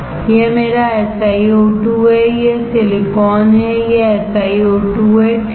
यह मेरा SiO2 है यह सिलिकॉन है यह SiO2 है ठीक है